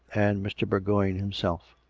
and mr. bourgoign himself.